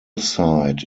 site